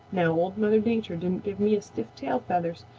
now old mother nature didn't give me stiff tail feathers,